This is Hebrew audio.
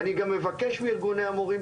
אני גם מבקש מארגוני המורים,